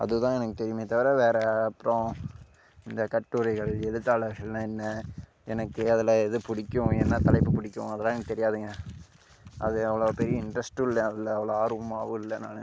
அதுதான் எனக்கு தெரியுமே தவிர வேறு அப்புறம் இந்த கட்டுரைகள் எழுத்தாளர்கள்னா என்ன எனக்கு அதில் எது பிடிக்கும் என்ன தலைப்பு பிடிக்கும் அதலாம் எனக்கு தெரியாதுங்க அது அவ்வளோ பெரிய இன்ட்ரெஸ்ட்டும் இல்லை அதில் அவ்வளோ ஆர்வமாகவும் இல்லை நான்